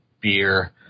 beer